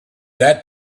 that